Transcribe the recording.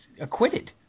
acquitted